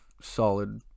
solid